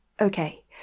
Okay